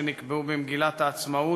שנקבעו במגילת העצמאות,